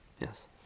Yes